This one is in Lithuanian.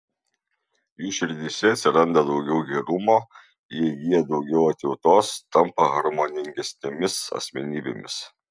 jų širdyse atsiranda daugiau gerumo jie įgyja daugiau atjautos tampa harmoningesnėmis asmenybėmis